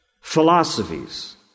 philosophies